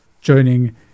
joining